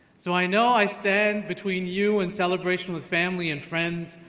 so i know i stand between you and celebration with family and friends,